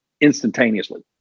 instantaneously